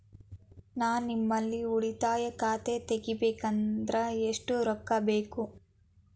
ನಾ ನಿಮ್ಮಲ್ಲಿ ಉಳಿತಾಯ ಖಾತೆ ತೆಗಿಬೇಕಂದ್ರ ಎಷ್ಟು ರೊಕ್ಕ ಬೇಕು?